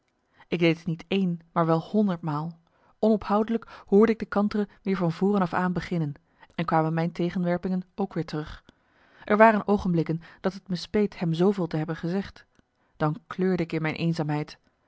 ik deed t niet één maar wel honderd maal onophoudelijk hoorde ik de kantere weer van voren af aan beginnen en kwamen mijn tegenwerpingen ook weer terug er waren oogenblikken dat het me speet hem zooveel te hebben gezegd dan kleurde ik in mijn eenzaamheid